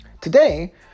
Today